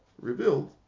revealed